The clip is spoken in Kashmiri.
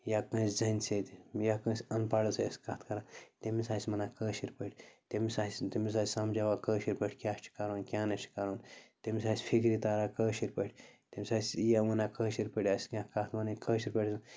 یا کٲنٛسہِ زَنہِ سۭتۍ یا کٲنٛسہِ اَن پڑھس سۭتۍ آسہِ کَتھ کَران تٔمِس آسہِ وَنان کٲشِر پٲٹھۍ تٔمِس آسہِ نہٕ تٔمِس آسہِ سمجھاوان کٲشِر پٲٹھۍ کیٛاہ چھِ کَرُن کیٛاہ نہٕ چھِ کَرُن تٔمِس آسہِ فِکرِ تَران کٲشِر پٲٹھۍ تٔمِس آسہِ یا وَنان کٲشِر پٲٹھۍ آسہِ کیٚنٛہہ کَتھ وَنٕںۍ کٲشِر پٲٹھۍ